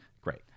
Great